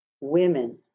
women